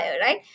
right